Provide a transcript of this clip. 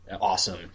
awesome